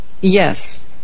Yes